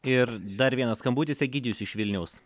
ir dar vienas skambutis egidijus iš vilniaus